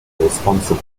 responsible